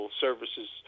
services